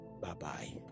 Bye-bye